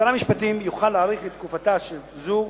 שר המשפטים יוכל להאריך תקופה זו